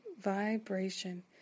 vibration